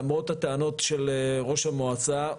למרות הטענות של ראש המועצה,